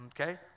okay